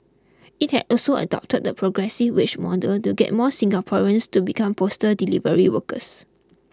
it has also adopted the progressive wage model to get more Singaporeans to become postal delivery workers